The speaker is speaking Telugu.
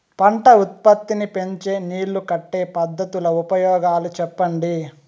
పంట ఉత్పత్తి నీ పెంచే నీళ్లు కట్టే పద్ధతుల ఉపయోగాలు చెప్పండి?